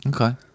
okay